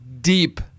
deep